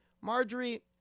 Marjorie